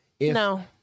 no